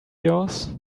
yours